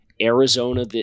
Arizona